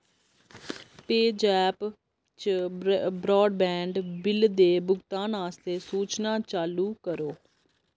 पे JAP च broadband bill दे भुगतान आस्तै सूचनां चालू करो